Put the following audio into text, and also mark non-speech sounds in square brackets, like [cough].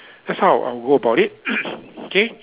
that's how I'll I'll go about it [noise] K